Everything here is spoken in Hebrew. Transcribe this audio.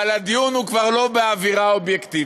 אבל הדיון הוא כבר לא באווירה אובייקטיבית.